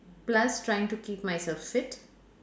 plus trying to keep myself fit